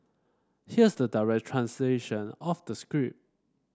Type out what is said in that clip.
here's the direct translation of the script